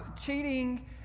cheating